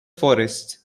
forests